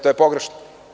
To je pogrešno.